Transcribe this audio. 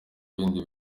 bindi